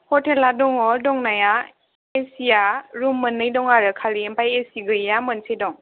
हटेला दङ दंनाया एसिया रुम मोननै दं आरो खालि ओमफ्राय एसि गैयैआ मोनसे दं